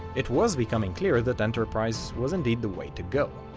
it was becoming clear that enterprise was indeed the way to go.